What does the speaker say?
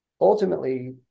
ultimately